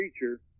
feature